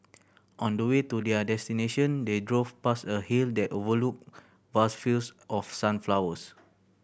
on the way to their destination they drove past a hill that overlooked vast fields of sunflowers